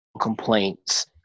complaints